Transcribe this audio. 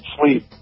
sleep